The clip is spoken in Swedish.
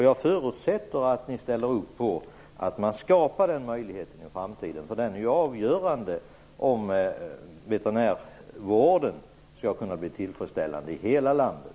Jag förutsätter att ni ställer upp på att skapa den möjligheten i framtiden. Den är avgörande för att veterinärvården skall kunna bli tillfredsställande i hela landet.